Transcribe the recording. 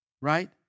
right